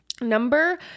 number